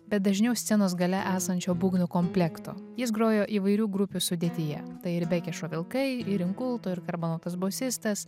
bet dažniau scenos gale esančio būgnų komplekto jis grojo įvairių grupių sudėtyje tai ir bekešo vilkai ir inkulto ir garbanotas bosistas